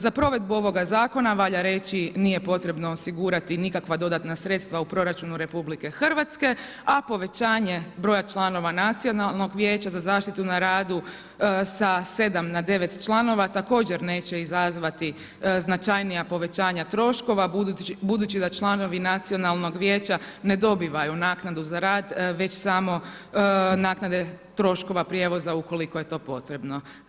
Za provedbu ovoga Zakona valja reći, nije potrebno osigurati nikakva dodatna sredstva u proračunu RH, a povećanje broja članova nacionalnog vijeća za zaštitu na radu sa 7 na 9 članova također neće izazvati značajnija povećanja troškova budući da članovi nacionalnog vijeća ne dobivaju naknadu za rad već samo naknade troškova prijevoza ukoliko je to potrebno.